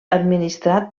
administrat